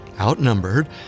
Outnumbered